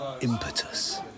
impetus